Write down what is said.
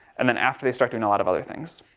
and then after, they start doing a lot of other things.